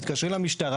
מתקשרים למשטרה,